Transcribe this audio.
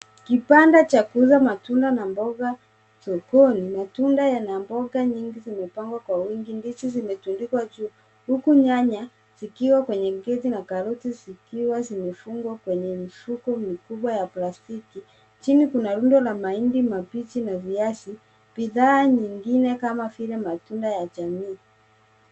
Kibanda cha kuuza matunda na mboga sokoni. Matunda yana mboga nyingi zimepangwa kwa wingi, ndizi zimetundikwa juu huku nyanya zikiwa kwenye kreti, na karoti zikiwa zimefungwa kwenye mifugo mikubwavya plastiki. Chini kuna rundo la mahindi na bidhaa nyingine kama vile matunda ya jamii .